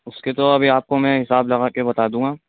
اس کے تو ابھی آپ کو میں حساب لگا کے بتا دوں گا